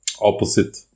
opposite